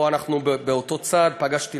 5,000